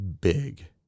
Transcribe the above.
big